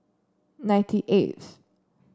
ninety eighth